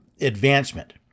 advancement